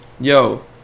yo